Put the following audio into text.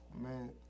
man